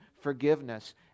forgiveness